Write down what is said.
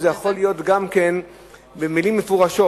וזה יכול להיות גם כן במלים מפורשות,